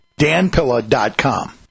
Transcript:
danpilla.com